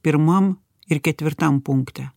pirmam ir ketvirtam punkte